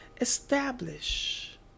establish